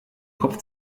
kopf